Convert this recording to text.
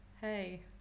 hey